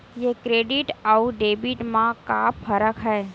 ये क्रेडिट आऊ डेबिट मा का फरक है?